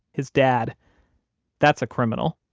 his dad that's a criminal.